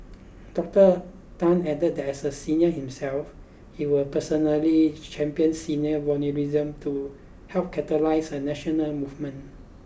Doctor Tan added that as a senior himself he will personally champion senior volunteerism to help catalyse a national movement